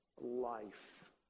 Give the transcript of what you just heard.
life